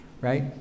right